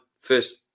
first